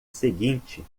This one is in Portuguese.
seguinte